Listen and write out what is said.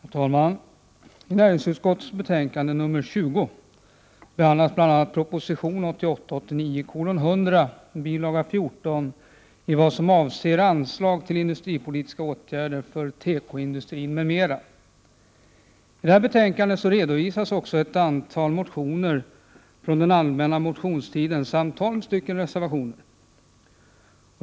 Herr talman! I näringsutskottets betänkande nr 20 behandlas bl.a. proposition 1988/89:100, bil. 14, i vad avser anslag till industripolitiska åtgärder för tekoindustrin m.m. I betänkandet redovisas också ett antal motioner från den allmänna motionstiden samt tolv stycken reservationer.